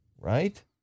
Right